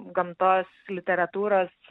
gamtos literatūros